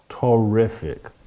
terrific